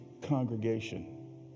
congregation